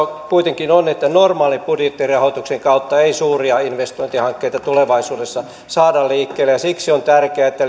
kuitenkin on että normaalin budjettirahoituksen kautta ei suuria investointihankkeita tulevaisuudessa saada liikkeelle ja siksi on tärkeää että